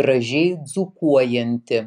gražiai dzūkuojanti